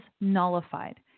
nullified